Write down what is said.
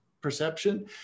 perception